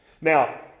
Now